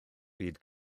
byd